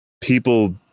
people